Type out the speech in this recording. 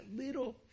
little